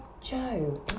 Joe